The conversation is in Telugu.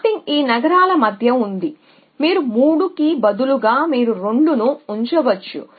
మ్యాపింగ్ ఈ నగరాల మధ్య ఉంది మీరు 3 కి బదులుగా మీరు 2 ను ఉంచవచ్చు